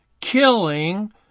killing